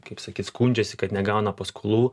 kaip sakyt skundžiasi kad negauna paskolų